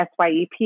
SYEP